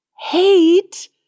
hate